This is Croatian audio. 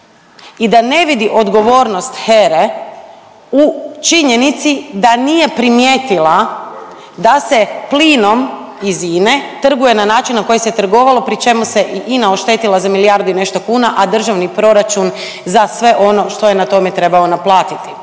i da ne vidi odgovornost HERA-e u činjenici da nije primijetila da se plinom iz INA-e trguje na način na koji se trgovalo pri čemu se i INA oštetila za milijardu i nešto kuna, a državni proračun za sve ono što je na tome trebao naplatiti.